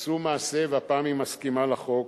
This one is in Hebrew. עשו מעשה והפעם היא מסכימה לחוק.